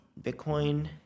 Bitcoin